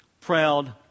proud